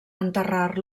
enterrar